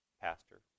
Pastor